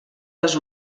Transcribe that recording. les